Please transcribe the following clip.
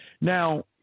Now